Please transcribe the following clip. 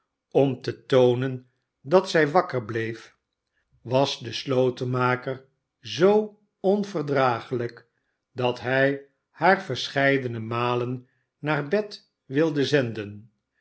om te toonen dat zij wakker bleef was tappertit komt des nachts bij den slotenmaker terug den slotenmaker zoo onverdragelijk dat hij haar verscheidene malen naar bed wilde zenden